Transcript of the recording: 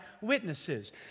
witnesses